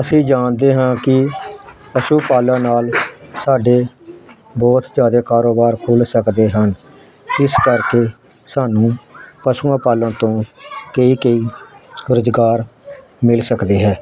ਅਸੀਂ ਜਾਣਦੇ ਹਾਂ ਕਿ ਪਸ਼ੂ ਪਾਲਣ ਨਾਲ ਸਾਡੇ ਬਹੁਤ ਜ਼ਿਆਦਾ ਕਾਰੋਬਾਰ ਖੁਲ ਸਕਦੇ ਹਨ ਇਸ ਕਰਕੇ ਸਾਨੂੰ ਪਸ਼ੂਆਂ ਪਾਲਣ ਤੋਂ ਕਈ ਕਈ ਰੁਜ਼ਗਾਰ ਮਿਲ ਸਕਦੇ ਹੈ